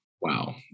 Wow